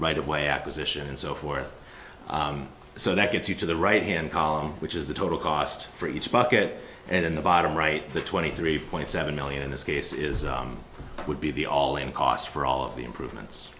right of way acquisition and so forth so that gets you to the right hand column which is the total cost for each bucket and in the bottom right the twenty three point seven million in this case is would be the all in cost for all of the improvements